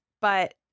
But-